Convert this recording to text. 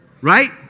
right